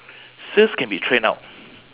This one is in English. sales can be train out